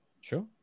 sure